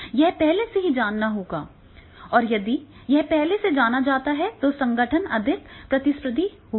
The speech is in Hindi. तो यह पहले से ही जाना जाएगा और यदि यह पहले से जाना जाता है तो संगठन अधिक प्रतिस्पर्धी होगा